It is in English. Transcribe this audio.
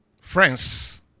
Friends